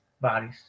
bodies